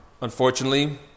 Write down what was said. unfortunately